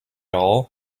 all